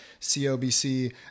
COBC